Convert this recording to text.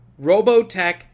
Robotech